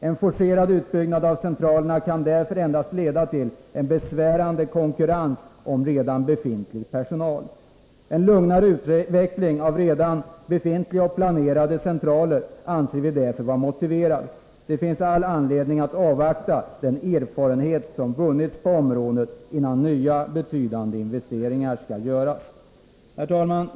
En forcerad utbyggnad av centralerna kan därför endast leda till en besvärande konkurrens om befintlig personal. En lugnare utveckling av redan nu befintliga eller planerade centraler anser vi därför vara motiverad. Det finns all anledning att avvakta den erfarenhet som vunnits på området innan nya betydande investeringar skall göras. Herr talman!